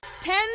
ten